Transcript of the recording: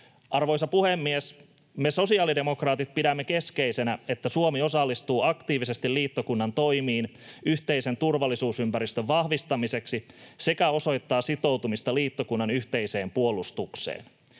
Arvoisa puhemies! Me sosiaalidemokraatit pidämme keskeisenä, että Suomi osallistuu aktiivisesti liittokunnan toimiin yhteisen turvallisuusympäristön vahvistamiseksi sekä osoittaa sitoutumista liittokunnan yhteiseen puolustukseen.